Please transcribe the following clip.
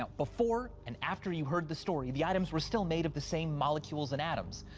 ah before and after you heard the story, the items were still made of the same molecules and atoms,